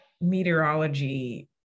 meteorology